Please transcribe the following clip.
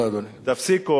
תודה רבה.